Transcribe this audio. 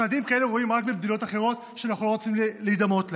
צעדים כאלה רואים רק במדינות אחרות שאנחנו לא רוצים להידמות להן.